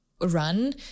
run